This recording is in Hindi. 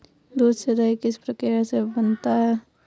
दूध से दही किस प्रक्रिया से बनता है?